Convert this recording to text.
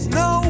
no